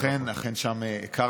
אכן, אכן, שם הכרנו.